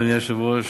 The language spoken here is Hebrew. אדוני היושב-ראש,